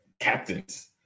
Captains